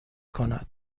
کند